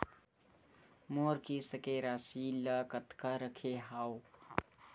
मोर किस्त के राशि ल कतका रखे हाव?